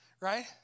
Right